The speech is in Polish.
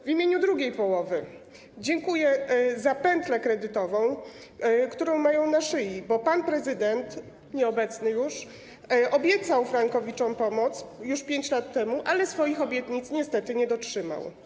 W imieniu drugiej połowy dziękuję za pętlę kredytową, którą mają na szyi, bo pan prezydent, nieobecny już, obiecał frankowiczom pomoc już 5 lat temu, ale swoich obietnic niestety nie dotrzymał.